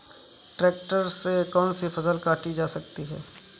Tractor से कौन सी फसल काटी जा सकती हैं?